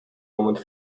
moment